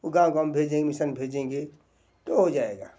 वो गाँव गाँव में भेजेंगे मिसन भेजेंगे तो हो जाएगा